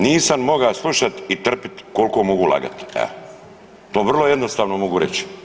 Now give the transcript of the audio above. Nisam mogao slušat i trpit koliko mogu lagat, evo to vrlo jednostavno mogu reći.